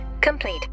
complete